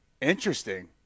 Interesting